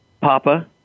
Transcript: Papa